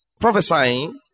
prophesying